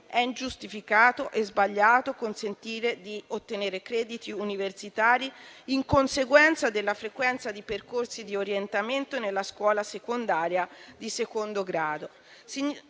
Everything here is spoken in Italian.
è ingiustificato e sbagliato consentire di ottenere crediti universitari in conseguenza della frequenza di percorsi di orientamento nella scuola secondaria di secondo grado.